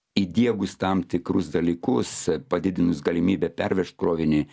įdiegus tam tikrus dalykus padidinus galimybę pervežt krovinį